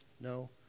no